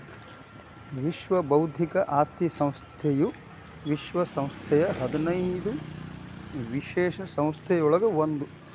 ವಿಶ್ವ ಬೌದ್ಧಿಕ ಆಸ್ತಿ ಸಂಸ್ಥೆಯು ವಿಶ್ವ ಸಂಸ್ಥೆಯ ಹದಿನೈದು ವಿಶೇಷ ಸಂಸ್ಥೆಗಳೊಳಗ ಒಂದ್